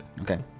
Okay